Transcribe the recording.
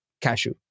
Cashew